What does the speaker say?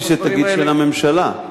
חשבתי שתגיד: של הממשלה.